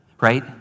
right